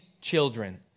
children